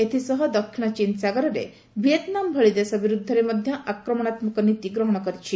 ଏଥିସହ ଦକ୍ଷିଣ ଚୀନ୍ ସାଗରରେ ଭିଏତ୍ନାମ ଭଳି ଦେଶ ବିରୁଦ୍ଧରେ ମଧ୍ୟ ଆକ୍ରମଣାତ୍ମକ ନୀତି ଗ୍ରହଣ କରିଛି